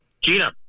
Gina